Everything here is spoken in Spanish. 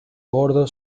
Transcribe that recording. bordo